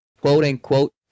quote-unquote